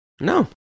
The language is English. No